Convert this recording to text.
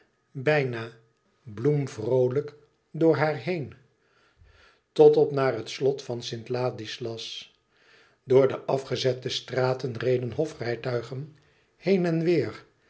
bijna bloemenvroolijk door haar heen tot op naar het slot van st ladislas door de afgezette straten reden hofrijtuigen heen en weer